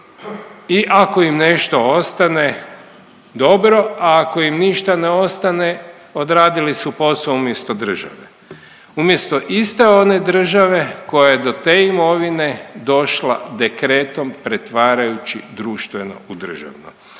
i ako im nešto ostane dobro, a ako im ništa ne ostane, odradili su posao umjesto države. Umjesto iste one države koja je do te imovine došla dekretom pretvarajući društveno u državno.